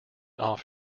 off